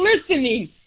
listening